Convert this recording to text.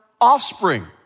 offspring